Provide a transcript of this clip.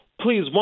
please